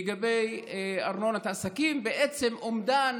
לגבי ארנונת העסקים, בעצם אומדן